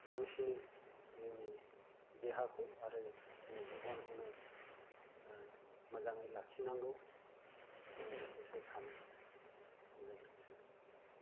बांसिनै जोंनि देहाखौ आरो आंनि जिबनखौनो मोजाङै लाखिनांगौ आङो बेखौसो सानो गोजोनथोंसै